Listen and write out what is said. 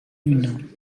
une